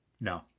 No